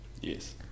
Yes